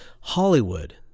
Hollywood